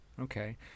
okay